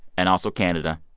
and also canada,